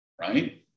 right